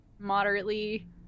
moderately